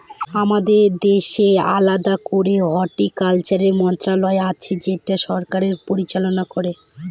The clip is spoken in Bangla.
আমাদের দেশে আলাদা করে হর্টিকালচারের মন্ত্রণালয় আছে যেটা সরকার পরিচালনা করে